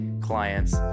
clients